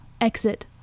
exit